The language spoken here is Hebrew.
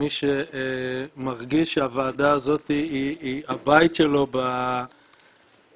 כמי שמרגיש שהוועדה הזאת היא הבית שלו בכנסת